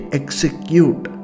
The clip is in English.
execute